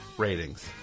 ratings